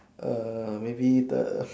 err maybe the